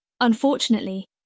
Unfortunately